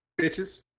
bitches